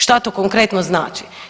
Šta to konkretno znači?